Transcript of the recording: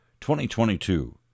2022